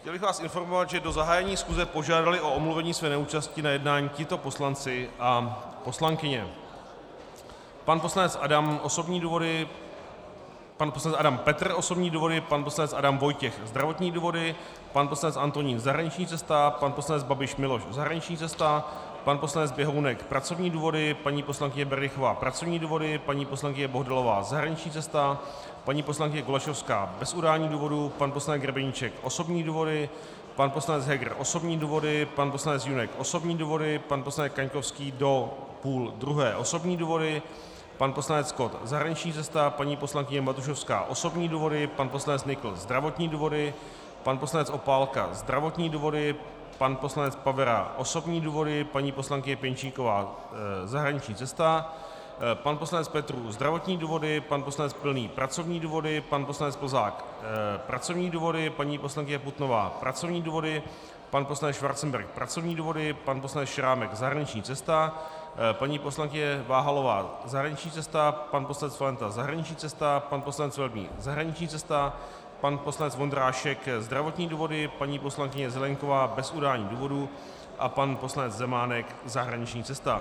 Chtěl bych vás informovat, že do zahájení schůze požádali o omluvení své neúčasti na jednání tito poslanci a poslankyně: pan poslanec Adam Petr osobní důvody, pan poslanec Adam Vojtěch zdravotní důvody, pan poslanec Antonín zahraniční cesta, pan poslanec Babiš Miloš zahraniční cesta, pan poslanec Běhounek pracovní důvody, paní poslankyně Berdychová pracovní důvody, paní poslankyně Bohdalová zahraniční cesta, paní poslankyně Golasowská bez udání důvodu, pan poslanec Grebeníček osobní důvody, pan poslanec Heger osobní důvody, pan poslanec Junek osobní důvody, pan poslanec Kaňkovský do půl druhé osobní důvody, pan poslanec Kott zahraniční cesta, paní poslankyně Matušovská osobní důvody, pan poslanec Nykl zdravotní důvody, pan poslanec Opálka zdravotní důvody, pan poslanec Pavera osobní důvody, paní poslankyně Pěnčíková zahraniční cesta, pan poslanec Petrů zdravotní důvody, pan poslanec Pilný pracovní důvody, pan poslanec Plzák pracovní důvody, paní poslankyně Putnová pracovní důvody, pan poslanec Schwarzenberg pracovní důvody, pan poslanec Šrámek zahraniční cesta, paní poslankyně Váhalová zahraniční cesta, pan poslanec Valenta zahraniční cesta, pan poslanec Velebný zahraniční cesta, pan poslanec Vondrášek zdravotní důvody, paní poslankyně Zelienková bez udání důvodu a pan poslanec Zemánek zahraniční cesta.